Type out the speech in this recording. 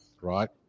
right